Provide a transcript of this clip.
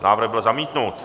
Návrh byl zamítnut.